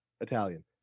italian